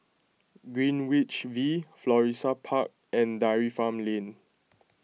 Greenwich V Florissa Park and Dairy Farm Lane